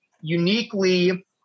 uniquely